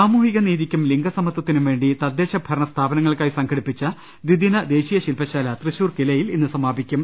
സാമൂഹ്യനീതിക്കും ലിംഗ സ്മത്വത്തിനും വേണ്ടി തദ്ദേശഭരണ സ്ഥാപനങ്ങൾക്കായി സംഘടിപ്പിച്ച ദ്വിദിന ദേശീയ ശിൽപശാല തൃശൂർ കിലയിൽ ഇന്ന് സമാപിക്കും